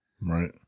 Right